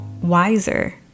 wiser